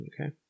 Okay